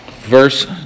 verse